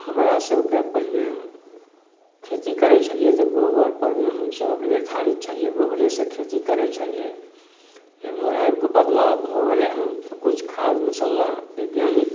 हमरासभके पहिले खेती करै छलिए तऽ गोबरपरमे हमसभ निर्धारित छलिए गोबरेसँ खेती करै छलिए एम्हर आबिकऽ बदलाव भऽ गेलै हँ किछु खाद मसल्ला बैज्ञानिक